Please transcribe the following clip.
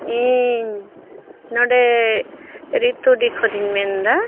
ᱤᱧ ᱱᱚᱸᱰᱮ ᱨᱤᱛᱩᱰᱤ ᱠᱷᱚᱱᱤᱧ ᱢᱮᱱᱫᱟ